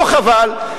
לא חבל?